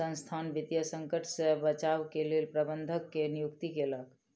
संसथान वित्तीय संकट से बचाव के लेल प्रबंधक के नियुक्ति केलक